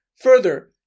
Further